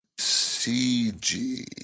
CG